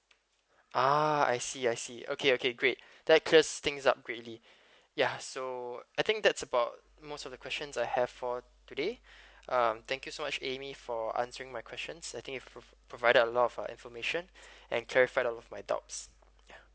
uh I see I see okay okay great that clears things up greatly ya so I think that's about most of the questions I have for today mm thank you so much amy for answering my questions I think it pro~ provided a lot of uh information and clarified out of my doubts ya